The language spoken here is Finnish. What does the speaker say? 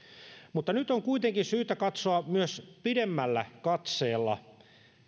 mutta nyt on kuitenkin syytä katsoa myös pidemmällä katseella